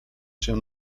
się